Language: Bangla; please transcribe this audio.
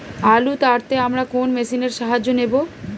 আলু তাড়তে আমরা কোন মেশিনের সাহায্য নেব?